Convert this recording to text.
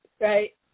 right